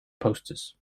posters